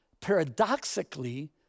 paradoxically